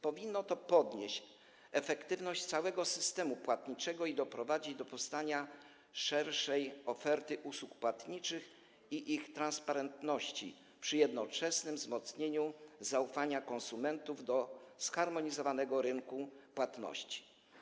Powinno to podnieść efektywność całego systemu płatniczego i doprowadzić do powstania szerszej oferty usług płatniczych i ich transparentności przy jednoczesnym wzmocnieniu zaufania konsumentów do zharmonizowanego rynku płatności.